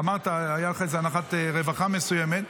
ואמרת, הייתה לך איזו אנחת רווחה מסוימת,